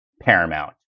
Paramount